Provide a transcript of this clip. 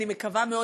אני מקווה מאוד,